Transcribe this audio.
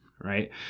right